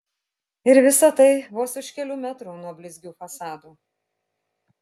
ir visa tai vos už kelių metrų nuo blizgių fasadų